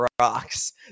rocks